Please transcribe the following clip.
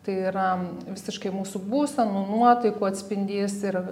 tai yra visiškai mūsų būsenų nuotaikų atspindys ir